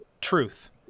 truth